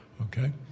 Okay